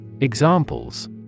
Examples